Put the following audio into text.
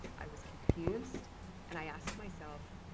i was confused and i asked myself,